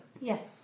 Yes